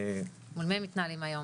מול מי הם מתנהלים היום?